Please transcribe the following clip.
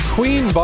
Queen